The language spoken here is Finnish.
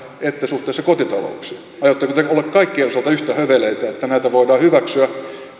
että suhteessa kotitalouksiin aiotteko te olla kaikkien osalta yhtä höveleitä että voidaan hyväksyä